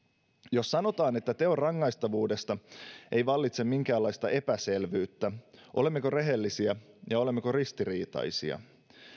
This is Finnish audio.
jos sanotaan että teon rangaistavuudesta ei vallitse minkäänlaista epäselvyyttä olemmeko rehellisiä ja ja olemmeko ristiriitaisia